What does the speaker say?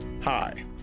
Hi